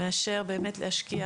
מאשר להשקיע